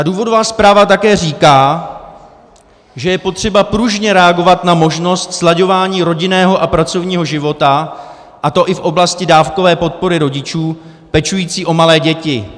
Důvodová zpráva také říká, že je potřeba pružně reagovat na možnost slaďování rodinného a pracovního života, a to i v oblasti dávkové podpory rodičů pečujících o malé děti.